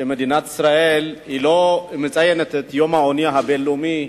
אמרנו שמדינת ישראל לא מציינת את יום העוני הבין-לאומי,